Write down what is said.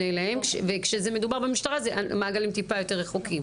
פונה אליהם וכשזה מדובר במשטרה זה מעגלים טיפה יותר רחוקים.